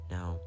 Now